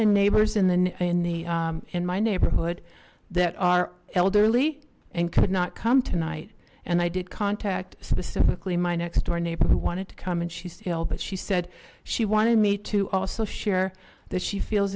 of neighbors in the in the in my neighborhood that are elderly and could not come tonight and i did contact specifically my next door neighbor who wanted to come and she sailed but she said she wanted me to also share that she feels